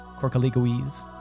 Corkaligoese